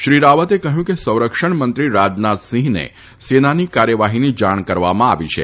શ્રી રાવતે કહ્યું કે સંરક્ષણ મંત્રી રાજનાથસિંહને સેનાની કાર્યવાહીની જાણ કરવામાં આવી છે